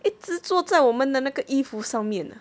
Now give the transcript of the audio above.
一直坐在我们的那个衣服上面呢